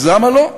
אז למה לא?